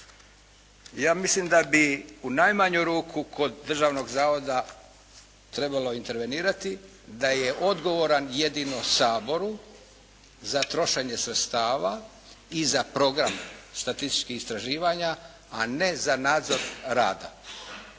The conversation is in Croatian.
Ja mislim da bi u najmanju ruku kod državnog zavoda trebalo intervenirati da je odgovoran jedino Saboru za trošenje sredstava i za program statističkih istraživanja a ne za nadzor rada